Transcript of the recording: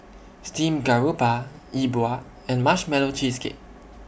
Steamed Garoupa Yi Bua and Marshmallow Cheesecake